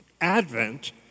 Advent